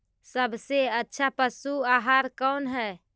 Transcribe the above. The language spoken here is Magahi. सबसे अच्छा पशु आहार कौन है?